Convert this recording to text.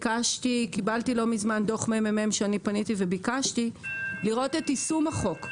קיבלתי לא מזמן דוח ממ"מ שביקשתי לראות את יישום החוק.